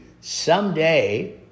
someday